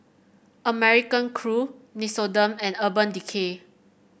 American Crew Nixoderm and Urban Decay